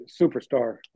superstar